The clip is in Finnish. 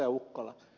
ukkola